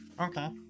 Okay